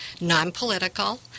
non-political